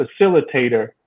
facilitator